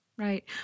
Right